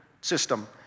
system